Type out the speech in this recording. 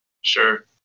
sure